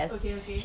okay okay